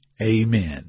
Amen